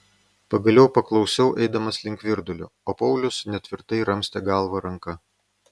pagaliau paklausiau eidamas link virdulio o paulius netvirtai ramstė galvą ranka